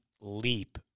leap